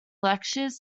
lectures